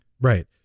right